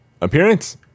appearance